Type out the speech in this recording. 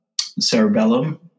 cerebellum